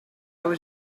was